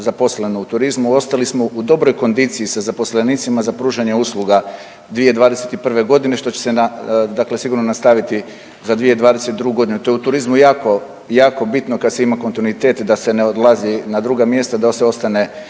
zaposlene u turizmu, ostali smo u dobroj kondiciji sa zaposlenicima za pružanje usluga 2021.g., što će se na dakle sigurno nastaviti za 2022.g.. To je u turizmu jako jako bitno kad se ima kontinuitet da se ne odlazi na druga mjesta da se ostane